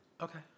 Okay